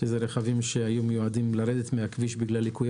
שאלו רכבים שהיו מיועדים לרדת מהכביש בגלל ליקויי